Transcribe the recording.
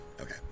Okay